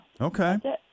Okay